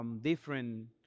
different